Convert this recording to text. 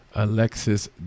alexis